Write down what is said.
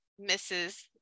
Mrs